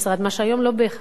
מה שהיום לא בהכרח קורה.